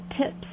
tips